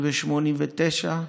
וב-1979,